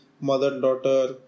mother-daughter